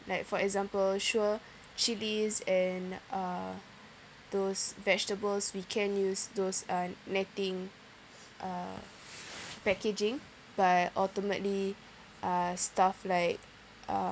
like for example sure chilies and uh those vegetables we can use those uh netting uh packaging but ultimately uh stuff like uh